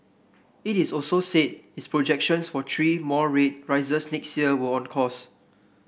it is also said its projections for three more rate rises next year were on course